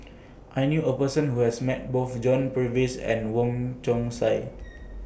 I knew A Person Who has Met Both John Purvis and Wong Chong Sai